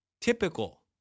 Typical